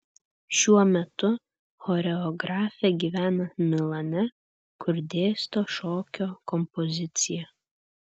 šiuo metu choreografė gyvena milane kur dėsto šokio kompoziciją